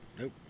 nope